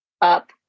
up